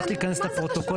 זה צריך להיכנס לפרוטוקול.